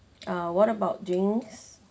uh what about drinks